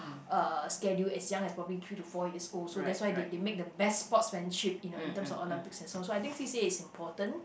uh schedule as young as probably three to four years old so that's why they they make the best sportsmanship you know in terms of Olympics and so on I think C_C_A is important